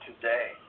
today